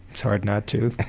it's hard not to.